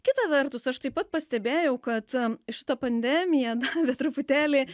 kita vertus aš taip pat pastebėjau kad šita pandemija davė truputėlį